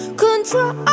control